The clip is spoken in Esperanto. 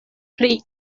pri